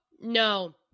no